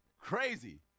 Crazy